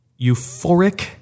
euphoric